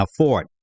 afford